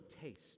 taste